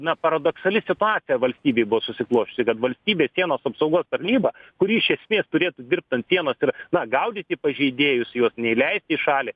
na paradoksali situacija valstybėj buvo susiklosčiusi kad valstybės sienos apsaugos tarnyba kuri iš esmės turėtų dirbt ant sienos ir na gaudyti pažeidėjus juos neįleisti į šalį